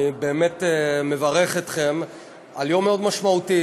אני באמת מברך אתכם על יום מאוד משמעותי.